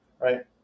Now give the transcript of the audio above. Right